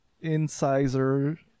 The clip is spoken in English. incisor